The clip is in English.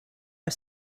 are